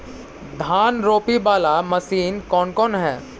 धान रोपी बाला मशिन कौन कौन है?